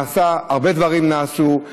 הרבה דברים נעשו.